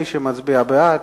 מי שמצביע בעד,